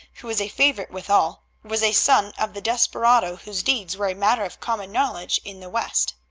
who was a favorite with all, was a son of the desperado whose deeds were a matter of common knowledge in the west.